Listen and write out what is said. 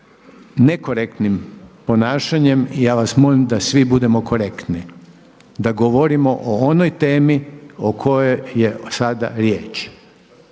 nekorektnim ponašanjem. I ja vas molim da svi budemo korektni, da govorimo o onoj temi o kojoj je sada riječ.